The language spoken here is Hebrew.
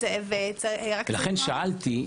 לכן שאלתי,